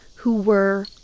who were,